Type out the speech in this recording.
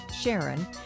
Sharon